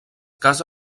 casa